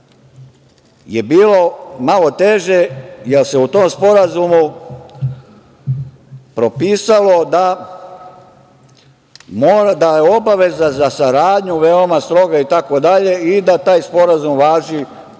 je bilo malo teže, jer se u tom sporazumu propisalo da je obaveza za saradnju veoma stroga i da taj sporazum važi kako za